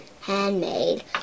Handmade